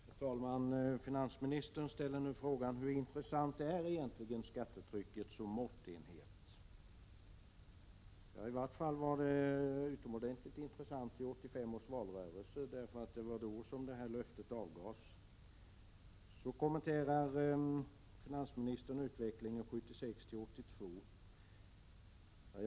Herr talman! Finansministern ställer nu frågan hur intressant skattetrycket egentligen är som måttenhet. Det var i varje fall utomordentligt intressant i 1985 års valrörelse, då detta löfte avgavs. Finansministern kommenterar utvecklingen 1976-1982.